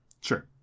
Sure